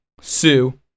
sue